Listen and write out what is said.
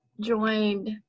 joined